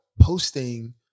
posting